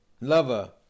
lover